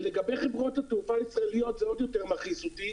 ולגבי חברות התעופה הישראליות זה עוד יותר מכעיס אותי